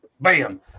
Bam